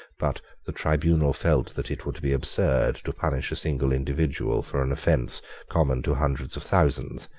but the tribunal felt that it would be absurd to punish a single individual for an offence common to hundreds of thousands,